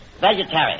Vegetarian